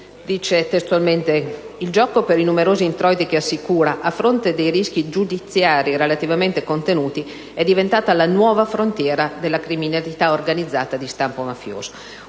segmento giochi: «Il gioco, per i numerosi introiti che assicura, a fronte dei rischi giudiziari relativamente contenuti, è diventata la nuova frontiera della criminalità organizzata di stampo mafioso».